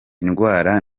indwara